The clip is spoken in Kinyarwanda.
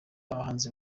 abahanzi